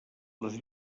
les